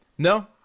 No